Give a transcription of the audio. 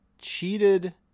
cheated